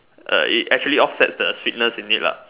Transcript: uh it actually offsets the sweetness in it lah